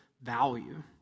value